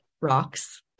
rocks